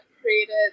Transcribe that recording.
created